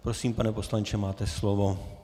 Prosím, pane poslanče, máte slovo.